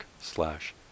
slash